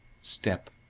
step